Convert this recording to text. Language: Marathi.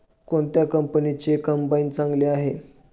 कोणत्या कंपनीचे कंबाईन चांगले आहे?